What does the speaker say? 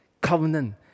covenant